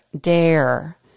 Dare